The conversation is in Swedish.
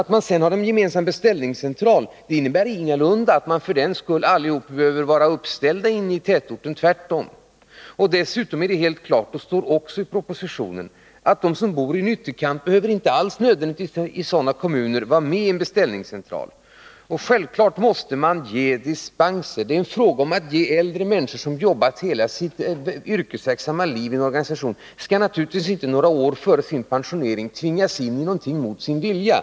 Att man sedan har en gemensam beställningscentral innebär för den skull ingalunda att alla taxibilar behöver vara uppställda inne i tätorten — tvärtom. Dessutom är det helt klart — och också det står i propositionen — att de som bor i ytterkanten av ett trafikområde inte nödvändigtvis behöver vara med i en beställningscentral. Självfallet måste man ge dispenser. Äldre människor som jobbat hela sitt yrkesverksamma liv i en organisation skall naturligtvis inte några år före sin pensionering tvingas in i någonting mot sin vilja.